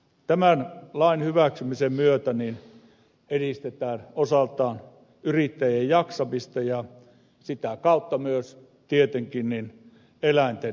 tämän lain hyväksymisen myötä edistetään osaltaan yrittäjien jaksamista ja sitä kautta myös tietenkin eläinten hyvinvointia